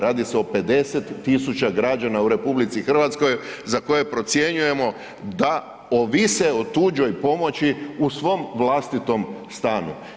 Radi se o 50.000 građana u RH za koje procjenjujemo da ovise o tuđoj pomoći u svom vlastitom stanu.